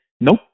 nope